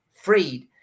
freed